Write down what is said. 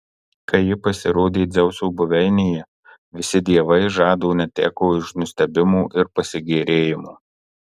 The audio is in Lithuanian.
kai ji pasirodė dzeuso buveinėje visi dievai žado neteko iš nustebimo ir pasigėrėjimo